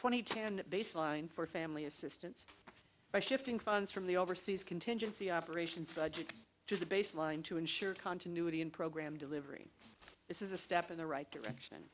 twenty two can baseline for family assistance by shifting funds from the overseas contingency operations budget to the baseline to ensure continuity in program delivery is a step in the right direction